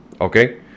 Okay